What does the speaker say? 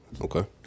Okay